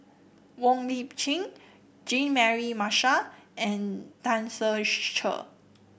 Wong Lip Chin Jean Mary Marshall and Tan Ser Cher